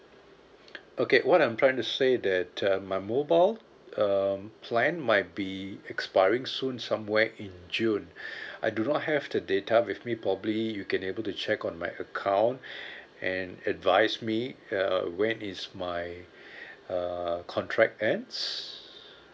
okay what I'm trying to say that uh my mobile um plan might be expiring soon somewhere in june I do not have the data with me probably you can able to check on my account and advise me err when is my uh contract ends